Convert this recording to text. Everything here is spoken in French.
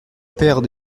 père